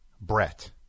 Brett